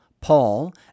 Paul